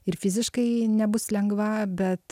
ir fiziškai nebus lengva bet